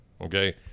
Okay